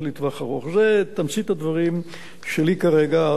זה תמצית הדברים שלי כרגע.